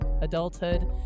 adulthood